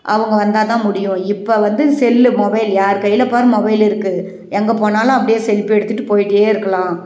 அவங்க வந்தால் தான் முடியும் இப்போ வந்து செல்லு மொபைல் யார் கையில் பார் மொபைல் இருக்குது எங்கே போனாலும் அப்படியே செல்பி எடுத்துட்டு போய்ட்டே இருக்கலாம்